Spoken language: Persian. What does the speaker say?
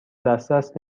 دسترس